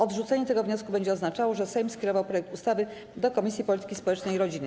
Odrzucenie tego wniosku będzie oznaczało, że Sejm skierował projekt ustawy do Komisji Polityki Społecznej i Rodziny.